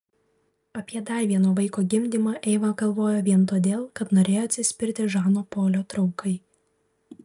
apie dar vieno vaiko gimdymą eiva galvojo vien todėl kad norėjo atsispirti žano polio traukai